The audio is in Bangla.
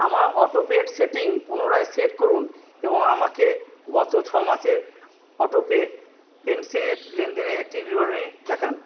আমার অটোপের সেটিং পুনরায় সেট করুন এবং আমাকে গত ছ মাসের অটোপে পেনশনের লেনদেনের একটি বিবরণী দেখান